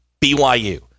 BYU